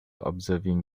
observing